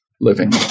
living